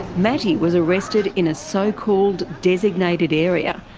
matty was arrested in a so called designated area,